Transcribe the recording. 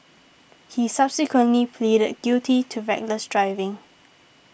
he subsequently pleaded guilty to reckless driving